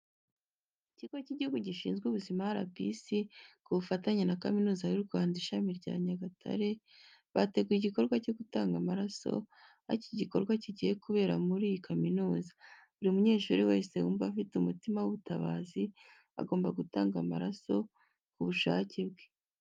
Ikigo cy'Igihugu gishinzwe Ubuzima RBC ku bufatanye na Kaminuza y'u Rwanda ishami rya Nyagatare, bateguye igikorwa cyo gutanga amaraso, aho iki gikorwa kigiye kubera muri iyi kaminuza. Buri munyeshuri wese wumva afite umutima w'ubutabazi agomba gutanga amaraso ku bushake bwe.